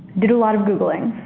did a lot of googling.